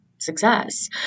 success